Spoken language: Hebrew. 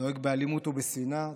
נוהג באלימות ובשנאה,